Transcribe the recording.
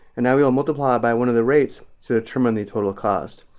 and now we will multiply it by one of the rates to determine the total cost.